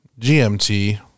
GMT